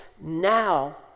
Now